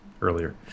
Earlier